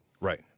Right